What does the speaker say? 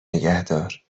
نگهدار